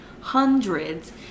hundreds